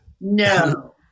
No